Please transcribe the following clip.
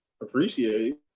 appreciate